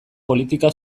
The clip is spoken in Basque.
politika